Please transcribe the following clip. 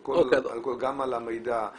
גם על המידע,